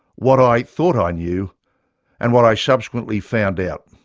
what i thought i knew and what i subsequently found out.